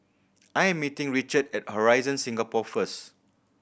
I am meeting Richard at Horizon Singapore first